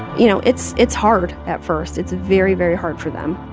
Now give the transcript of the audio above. you know, it's it's hard at first. it's very, very hard for them